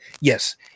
yes